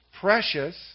Precious